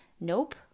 nope